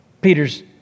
Peter's